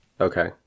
Okay